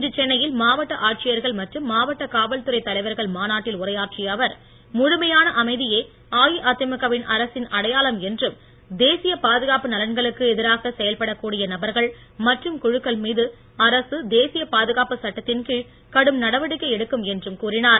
இன்று சென்னையில் மாவட்ட ஆட்சியர்கள் மற்றும் மாவட்ட காவல்துறை தலைவர்கள் மாநாட்டில் உரையாற்றிய அவர் முழுமையான அமைதியே அஇஅதிமுக அரசின் அடையாளம் என்றும் தேசிய பாதுகாப்பு நலன்களுக்கு எதிராக செயல்படக் கூடிய நபர்கள் மற்றும் குழுக்கள் மீது அரசு தேசிய பாதுகாப்பு சட்டத்தின் கீழ் கடும் நடவடிக்கை எடுக்கும் என்றும் கூறினார்